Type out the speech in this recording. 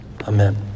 Amen